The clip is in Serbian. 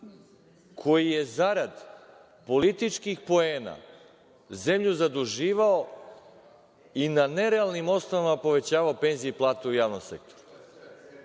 koji je zarad političkih poena zemlju zaduživao i na nerealnim osnovama povećavao penzije i plate u javnom sektoru?